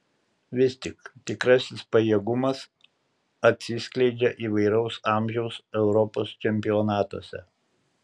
vis tik tikrasis pajėgumas atsiskleidžia įvairaus amžiaus europos čempionatuose